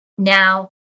Now